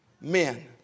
men